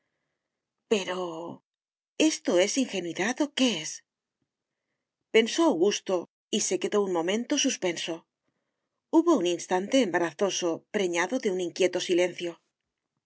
pero esto es ingenuidad o qué es pensó augusto y se quedó un momento suspenso hubo un instante embarazoso preñado de un inquieto silencio